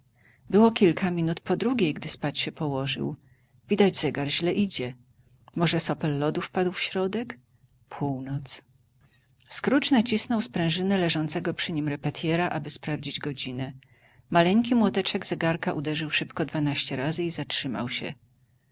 było kilka minut po drugiej gdy spać się położył widać zegar źle idzie może sopel lodu wpadł w środek północ scrooge nacisnął sprężynę leżącego przy nim repetjera aby sprawdzić godzinę maleńki młoteczek zegarka uderzył szybko dwanaście razy i zatrzymał się